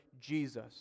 Jesus